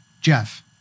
Jeff